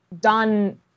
done